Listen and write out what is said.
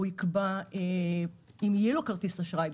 הוא יקבע אם יהיה לו כרטיס אשראי,